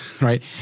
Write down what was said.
Right